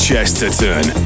Chesterton